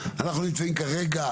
אנחנו נמצאים כרגע,